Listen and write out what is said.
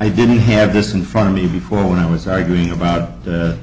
i didn't have this in front of me before when i was arguing about the